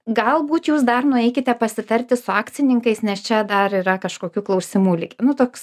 galbūt jūs dar nueikite pasitarti su akcininkais nes čia dar yra kažkokių klausimų lik nutoks